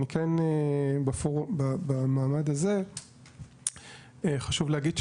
אני כן במעמד הזה חשוב להגיד,